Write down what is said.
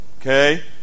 Okay